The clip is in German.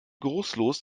geruchlos